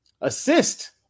Assist